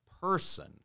person